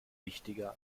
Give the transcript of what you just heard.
wichtiger